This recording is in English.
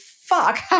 fuck